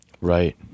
Right